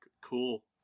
cool